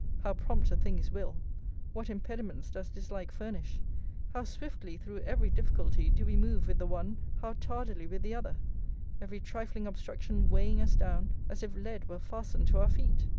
how prompt a thing is will what impediments does dislike furnish how swiftly, through every difficulty, do we move with the one how tardily with the other every trifling obstruction weighing us down, as if lead were fastened to our feet!